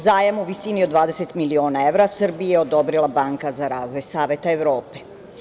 Zajam u visini od 20 miliona evra, Srbiji je odobrila Banka za razvoj Saveta Evrope.